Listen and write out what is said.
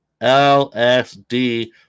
LSD